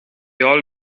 all